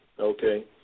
okay